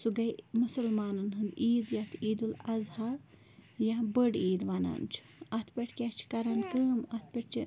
سُہ گٔے مسلمانن ہنٛد عیٖد یَتھ عیٖد الاَضحیٰ یا بٔڑۍ عیٖد وَنان چھِ اَتھ پٮ۪ٹھ کیاہ چھِ کَران کٲم اَتھ پٮ۪ٹھ چھِ